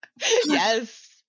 Yes